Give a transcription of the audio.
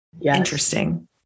Interesting